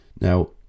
now